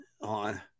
on